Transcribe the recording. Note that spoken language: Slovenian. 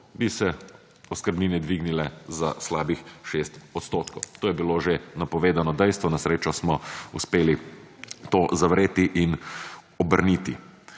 bi se oskrbnine dvignile za slabih 6 %. To je bilo že napovedano dejstvo. Na srečo smo uspeli to zavreti in obrniti.